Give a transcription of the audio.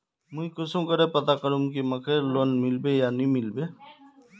मुई कुंसम करे पता करूम की मकईर लोन मिलबे या नी मिलबे?